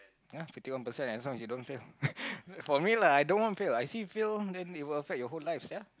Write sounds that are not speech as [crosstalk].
ya fifty one percent as long as you don't fail [laughs] for me lah I don't want fail I see fail then it will affect your whole life sia